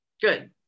Good